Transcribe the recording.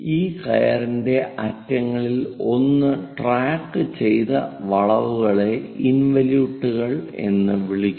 ഈ കയറിന്റെ അറ്റങ്ങളിൽ ഒന്ന് ട്രാക്കു ചെയ്ത വളവുകളെ ഇൻവലിയൂട്ടുകൾ എന്ന് വിളിക്കുന്നു